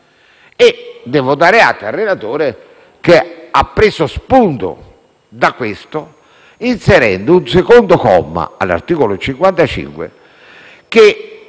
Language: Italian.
Devo dare atto al relatore di aver preso spunto da questo, inserendo un secondo comma all'articolo 55, che